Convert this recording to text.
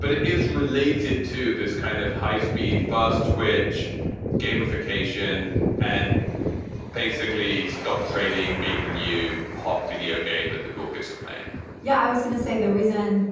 but it is related to this kind of high speed, fast twitch gamification and basically stock trading being the new hot video game that the cool kids are playing yeah, i was gonna say the reason